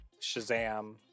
Shazam